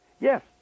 Yes